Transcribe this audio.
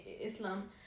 islam